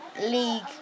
League